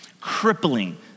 Crippling